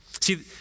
See